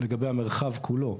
לגבי המרחב כולו.